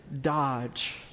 dodge